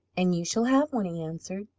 and you shall have one, he answered.